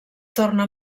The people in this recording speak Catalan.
torna